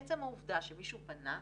עצם העובדה שמישהו פנה,